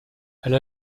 elle